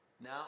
Now